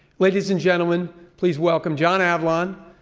ladies and gentlemen, please welcome john avlon,